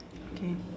okay